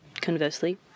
conversely